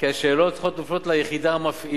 כי השאלות צריכות להיות מופנות ליחידה המפעילה.